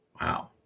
wow